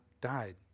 died